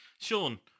sean